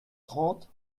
trente